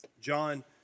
John